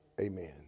Amen